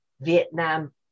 Vietnam